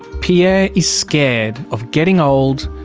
pierre is scared of getting old,